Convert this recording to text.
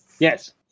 Yes